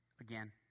again